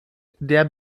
der